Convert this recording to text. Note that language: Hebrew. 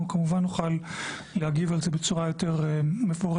אנחנו כמובן נוכל להגיב על זה בצורה יותר מפורטת.